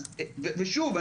ושוב,